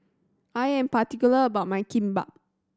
I am particular about my Kimbap